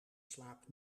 slaap